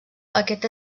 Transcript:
aquest